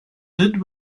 did